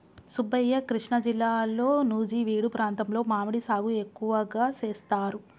సుబ్బయ్య కృష్ణా జిల్లాలో నుజివీడు ప్రాంతంలో మామిడి సాగు ఎక్కువగా సేస్తారు